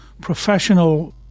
professional